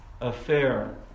affair